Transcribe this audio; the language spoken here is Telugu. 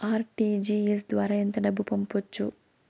ఆర్.టీ.జి.ఎస్ ద్వారా ఎంత డబ్బు పంపొచ్చు?